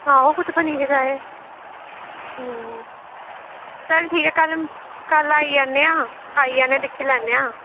आहो कुत्थें बनी गै गेदा ऐ अं चल ठीक ऐ कल्ल आई जन्ने आं आई जन्ने आं दिक्खी लैन्ने आं